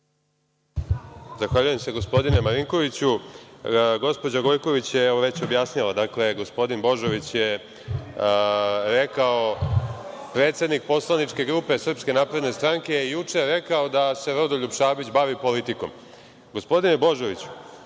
Zahvaljujem se, gospodine Marinkoviću. Gospođa Gojković je već objasnila, dakle, gospodin Božović je rekao – predsednik poslaničke grupe SNS je juče rekao da se Rodoljub Šabić bavi politikom. Gospodine Božoviću,